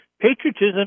Patriotism